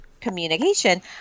communication